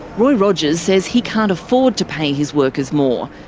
roy rogers says he can't afford to pay his workers more.